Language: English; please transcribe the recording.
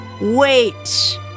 wait